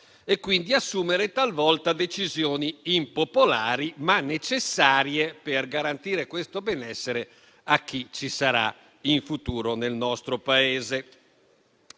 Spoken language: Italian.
e quindi assumere talvolta decisioni impopolari, ma necessarie, per garantire tale benessere a chi ci sarà in futuro nel nostro Paese.